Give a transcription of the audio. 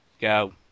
Go